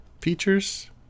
features